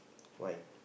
why